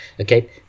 okay